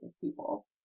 people